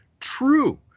true